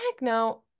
now